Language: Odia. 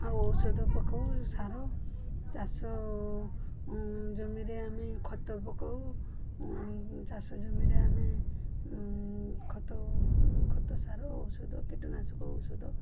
ଆଉ ଔଷଧ ପକାଉ ସାର ଚାଷ ଜମିରେ ଆମେ ଖତ ପକାଉ ଚାଷ ଜମିରେ ଆମେ ଖତ ଖତ ସାର ଔଷଧ କୀଟ ନାଶକ ଔଷଧ